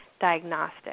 diagnostic